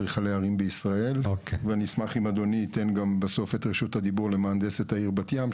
אני אשמח אם אדוני ייתן גם בסוף את רשות הדיבור למהנדסת העיר בת ים,